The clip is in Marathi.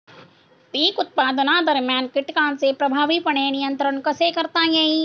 पीक उत्पादनादरम्यान कीटकांचे प्रभावीपणे नियंत्रण कसे करता येईल?